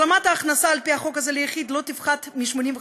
על-פי החוק הזה, השלמת הכנסה ליחיד לא תפחת מ-85%,